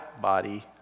body